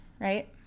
right